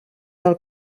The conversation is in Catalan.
del